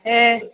ऐं